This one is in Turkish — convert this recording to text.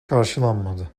karşılanmadı